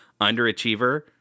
underachiever